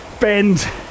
bend